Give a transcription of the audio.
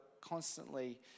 constantly